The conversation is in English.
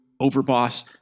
Overboss